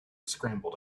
scrambled